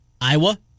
Iowa